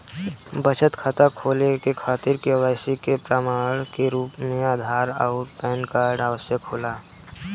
बचत खाता खोले के खातिर केवाइसी के प्रमाण के रूप में आधार आउर पैन कार्ड के आवश्यकता होला